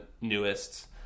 newest